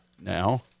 now